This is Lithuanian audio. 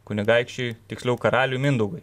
kunigaikščiui tiksliau karaliui mindaugui